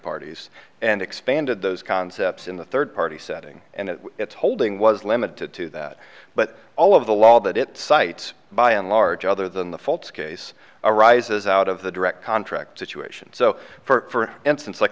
parties and expanded those concepts in the third party setting and its holding was limited to that but all of the law that it cites by and large other than the faults case arises out of the direct contract situation so for an instance like